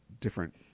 different